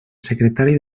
secretari